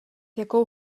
jakou